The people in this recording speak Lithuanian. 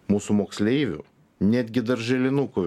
mūsų moksleivių netgi darželinukų